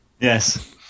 Yes